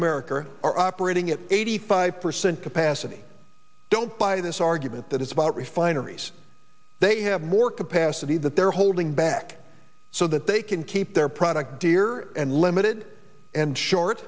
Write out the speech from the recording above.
america are operating at eighty five percent capacity don't buy this argument that it's about refineries they have more capacity that they're holding back so that they can keep their product dear and limited and short